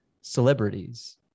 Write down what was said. celebrities